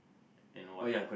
and white